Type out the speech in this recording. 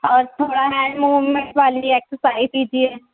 اور تھوڑا hand movement والی ایکسرسائز کیجیے